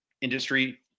industry